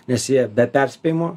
nes jie be perspėjimo